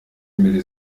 imbere